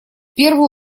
первую